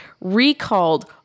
recalled